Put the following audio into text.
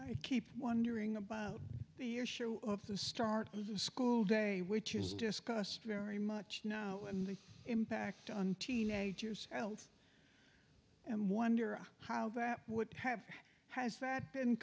i keep wondering about the issue of the start of the school day which is discussed very much you know and the impact on teenagers health and wonder how that would have has that been